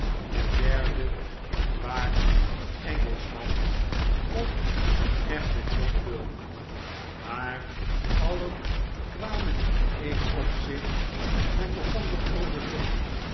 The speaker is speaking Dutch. de derde een waar engelschman of een echte john bull maar alien kwamen in n opzicht met elkander overeen